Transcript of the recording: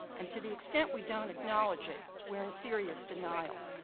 and to the extent we don't acknowledge it we're in serious denial.